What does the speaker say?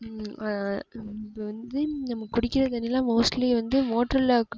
அது வந்து நம்ம குடிக்கிற தண்ணியெலாம் மோஸ்ட்லி வந்து மோட்ரில்